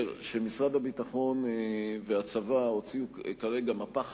שמשרד הביטחון והצבא הוציאו כרגע מפה חדשה,